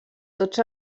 tots